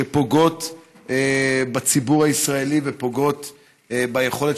שפוגעות בציבור הישראלי ופוגעות ביכולת